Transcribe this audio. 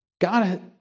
God